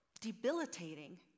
debilitating